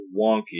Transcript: wonky